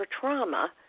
trauma